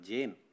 Jane